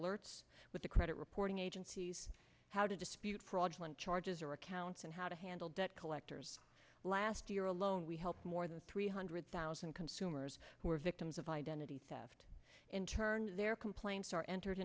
alerts with the credit reporting agencies how to dispute fraudulent charges or accounts and how to handle debt collectors last year alone we helped more than three hundred thousand consumers who were victims of identity theft in turn their complaints are entered